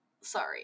sorry